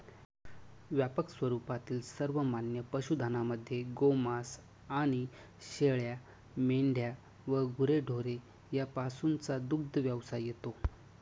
व्यापक स्वरूपातील सर्वमान्य पशुधनामध्ये गोमांस आणि शेळ्या, मेंढ्या व गुरेढोरे यापासूनचा दुग्धव्यवसाय येतो